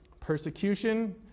Persecution